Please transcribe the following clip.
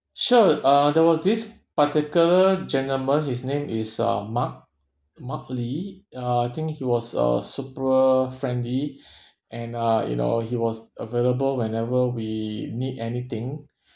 sure uh there was this particular gentleman his name is uh mark mark lee uh I think he was uh super friendly and uh you know he was available whenever we need anything